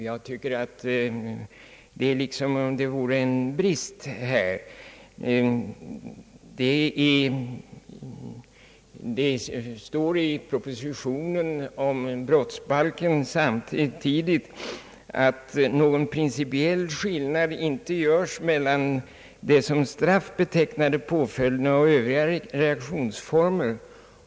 Jag tycker att här föreligger en brist. Det står i propositionen om brottsbalken, att någon principiell skillnad inte görs mellan de som straff betecknade påföljderna och övriga reaktionsformer.